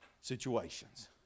situations